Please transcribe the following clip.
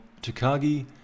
Takagi